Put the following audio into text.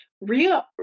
real